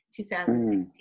2016